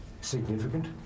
Significant